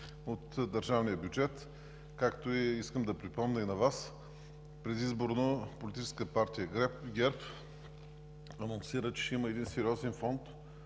от държавния бюджет? Искам да припомня и на Вас предизборно Политическа партия ГЕРБ анонсира, че ще има един сериозен фонд